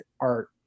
art